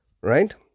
right